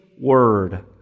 word